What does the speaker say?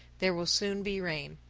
there will soon be rain.